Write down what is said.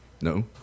No